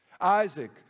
Isaac